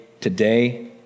today